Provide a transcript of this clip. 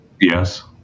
Yes